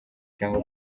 cyangwa